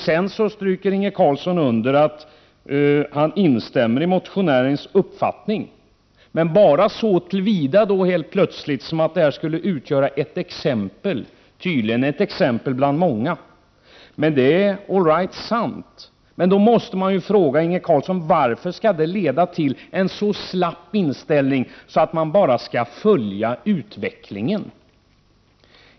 Sedan stryker Inge Carlsson under att han instämmer i motionärernas uppfattning, men helt plötsligt bara så till vida att detta skulle utgöra ett exempel — tydligen ett bland många exempel. All right — det är sant. Men då måste jag fråga Inge Carlsson: Varför skall det leda till en så slapp inställning så att man bara skall ”följa utvecklingen”?